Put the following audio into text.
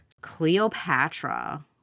Cleopatra